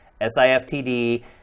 S-I-F-T-D